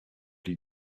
die